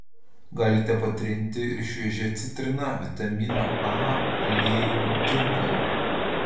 galite patrinti ir šviežia citrina vitamino a aliejiniu tirpalu